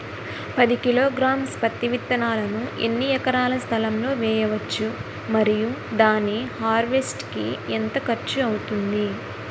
పది కిలోగ్రామ్స్ పత్తి విత్తనాలను ఎన్ని ఎకరాల స్థలం లొ వేయవచ్చు? మరియు దాని హార్వెస్ట్ కి ఎంత ఖర్చు అవుతుంది?